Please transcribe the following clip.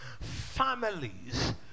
families